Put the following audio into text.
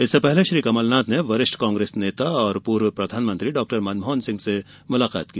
इससे पहले श्री कमलनाथ ने वरिष्ठ कांग्रेस नेता और पूर्व प्रधानमंत्री डॉक्टर मनमोहन सिंह से मुलाकात की